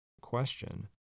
question